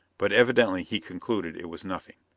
but evidently he concluded it was nothing.